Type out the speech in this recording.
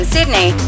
Sydney